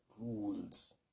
rules